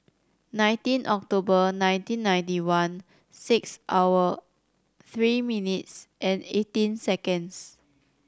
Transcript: nineteen October nineteen ninety one six hour three minutes and eighteen seconds